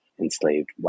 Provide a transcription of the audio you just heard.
enslaved